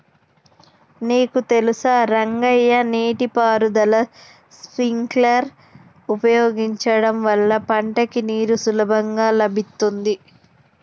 నీకు తెలుసా రంగయ్య నీటి పారుదల స్ప్రింక్లర్ ఉపయోగించడం వల్ల పంటకి నీరు సులభంగా లభిత్తుంది